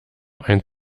ein